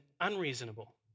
unreasonable